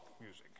music